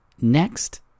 Next